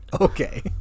okay